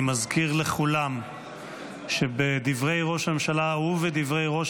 אני מזכיר לכולם שבדברי ראש הממשלה ובדברי ראש